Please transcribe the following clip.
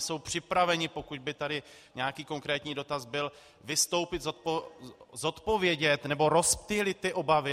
Oni jsou připraveni, pokud by tady nějaký konkrétní dotaz byl, vystoupit, zodpovědět nebo rozptýlit ty obavy.